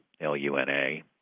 L-U-N-A